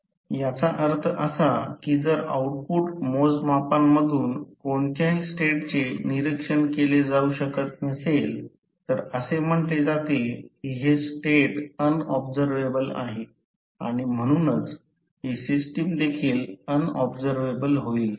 याचा अर्थ असा की जर आउटपुट मोजमापांमधून कोणत्याही स्टेटचे निरीक्षण केले जाऊ शकत नसेल तर असे म्हटले जाते की हे स्टेट अन ऑब्झरवेबल आहे आणि म्हणूनच ही सिस्टम देखील अन ऑब्झरवेबल होईल